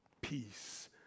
peace